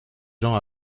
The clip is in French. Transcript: gens